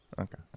Okay